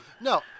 No